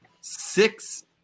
six